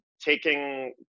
taking